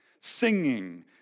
Singing